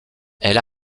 elle